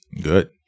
Good